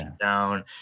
down